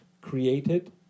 created